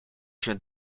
się